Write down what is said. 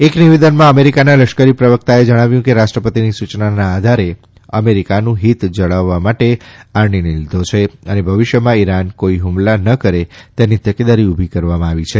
એક નિવેદનમાં અમેરિકાના લશ્કરી પ્રવક્તાએ જણાવ્યું કે રાષ્ટ્રપતિની સૂચનાના આધારે અમેરીકાનું હીત જાળવવા માટે આ નિર્ણય લીધો છે અને ભવિષ્યમાં ઇરાન કોઇ હુમલા ન કરે તેની તકેદારી ઉભી કરવામાં આવી છે